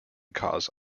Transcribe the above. cause